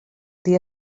dia